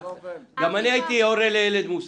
גם אני הייתי הורה לילד מוסע.